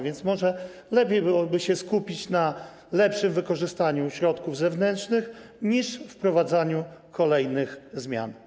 Więc może lepiej byłoby się skupić na lepszym wykorzystaniu środków zewnętrznych niż wprowadzaniu kolejnych zmian.